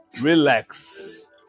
relax